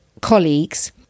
colleagues